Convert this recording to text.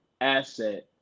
asset